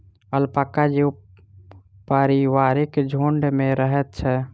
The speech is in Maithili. अलपाका जीव पारिवारिक झुण्ड में रहैत अछि